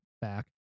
back